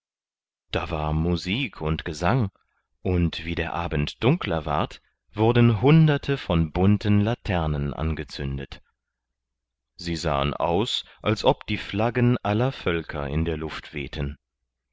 da war musik und gesang und wie der abend dunkler ward wurden hunderte von bunten laternen angezündet sie sahen aus als ob die flaggen aller völker in der luft wehten